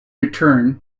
return